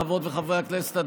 חברות וחברי הכנסת,